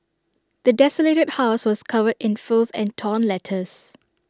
the desolated house was covered in filth and torn letters